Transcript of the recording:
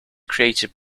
created